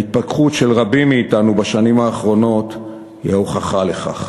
ההתפכחות של רבים מאתנו בשנים האחרונות היא ההוכחה לכך.